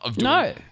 no